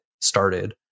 started